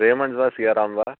रेमण्ड्स् वा सियाराम वा